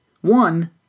One